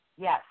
yes